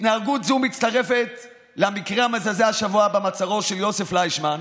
התנהגות זו מצטרפת למקרה המזעזע השבוע עם מעצרו של יוסף פליישמן,